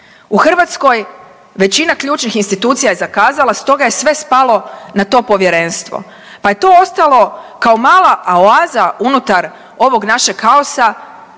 U Hrvatskoj većina ključnih institucija je zakazala stoga je sve spalo na to povjerenstvo pa je to ostalo kao mala oaza unutar ovog našeg kaosa,